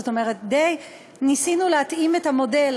זאת אומרת, די ניסינו להתאים את המודל.